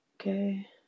Okay